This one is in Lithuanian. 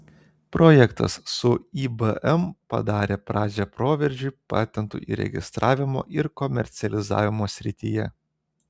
projektas su ibm padarė pradžią proveržiui patentų įregistravimo ir komercializavimo srityje